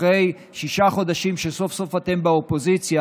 אחרי שישה חודשים שבהם סוף-סוף אתם באופוזיציה,